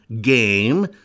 game